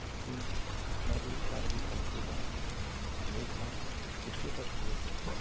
ਅਸੀਂ ਆਪਣਾ ਇਹ ਕਾਰਵਾਈ ਕਰਨ ਤੋਂ ਬਾਅਦ ਹਮੇਸ਼ਾ ਜਿੱਥੇ ਤੱਕ ਹੋ ਸਕੇ